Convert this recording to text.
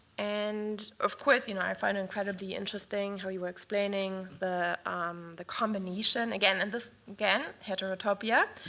and of course, you know i find incredibly interesting how you were explaining the um the combination, again. and this, again, heterotopia,